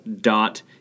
dot